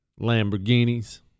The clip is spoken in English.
Lamborghinis